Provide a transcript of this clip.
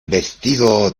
vestido